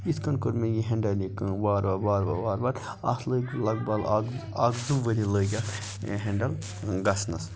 یِتھ کَنۍ کٔر مےٚ یہِ ہٮ۪نٛڈَل یہِ کٲم وارٕ وارٕ وارٕ وارٕ وارٕ وارٕ اَتھ لٔگۍ لگ بگ اَکھ زٕ اَکھ زٕ ؤری لٔگۍ اَتھ ہٮ۪نٛڈَل گژھنَس